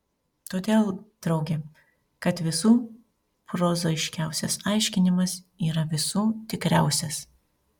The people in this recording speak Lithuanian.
todėl drauge kad visų prozaiškiausias aiškinimas yra visų tikriausias